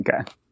Okay